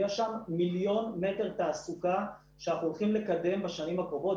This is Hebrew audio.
יש שם מיליון מטרים תעסוקה שאנחנו הולכים לקדם בשנים הקרובות.